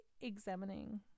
examining